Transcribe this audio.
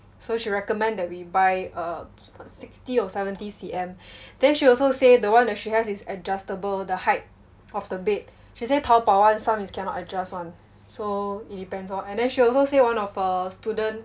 so she recommended that we buy a sixty or seventy C_M then she also say the one that she has is adjustable the height of the bed she say Taobao [one] some is cannot adjust [one] so it depends orh and then she also say one of her student